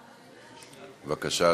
בבקשה,